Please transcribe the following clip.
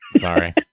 sorry